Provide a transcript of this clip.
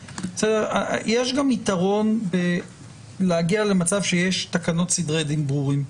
יש גם יתרון בלהגיע למצב שיש תקנות סדרי דין ברורים,